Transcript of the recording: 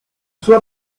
sua